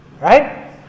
Right